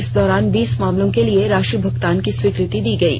इस दौरान बीस मामलों के लिए राशि भुगतान की स्वीकृति दी गयी